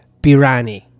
birani